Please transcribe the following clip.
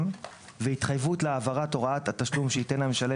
והתחייבות להעברת הוראת התשלום שייתן המשלם,